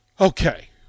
Okay